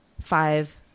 five